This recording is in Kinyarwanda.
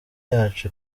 yacu